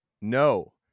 No